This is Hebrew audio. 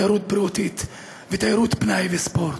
תיירות בריאותית ותיירות פנאי וספורט.